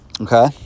Okay